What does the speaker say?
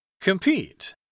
Compete